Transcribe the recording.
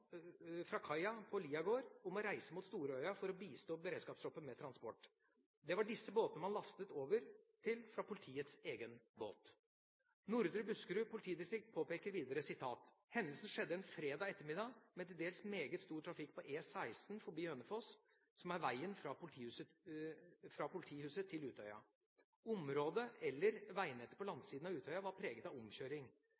på Liagård, om å reise mot Storøya for å bistå Beredskapstroppen med transport. Det var disse båtene man lastet over til fra politiets egen båt.» Nordre Buskerud politidistrikt påpeker videre: «Hendelsen skjedde en fredag ettermiddag, med til dels meget stor trafikk på E16 forbi Hønefoss, som er veien fra politihuset til Utøya. Området veinettet på